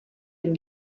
dem